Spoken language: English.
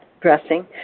dressing